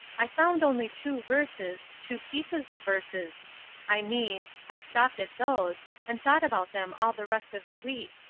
i found only two verses, two pieces of verses i mean, i stopped at those and thought about them all the rest of the week.